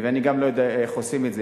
ואני גם לא יודע איך עושים את זה.